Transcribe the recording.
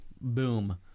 Boom